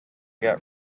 got